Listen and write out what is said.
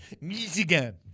Michigan